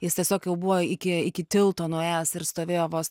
jis tiesiog jau buvo iki iki tilto nuėjęs ir stovėjo vos